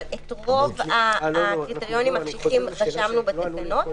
אבל את רוב הקריטריונים הקשיחים רשמנו בתקנות.